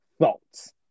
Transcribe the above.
thoughts